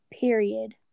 Period